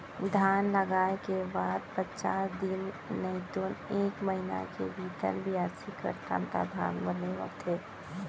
धान लगाय के बाद पचीस दिन नइतो एक महिना भीतर बियासी करथन त धान बने होथे